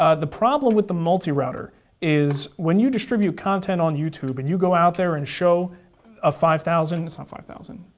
ah the problem with the multi-router is when you distribute content on youtube, and you go out there and show a five thousand, it's not five thousand,